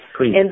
please